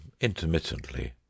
intermittently